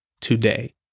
today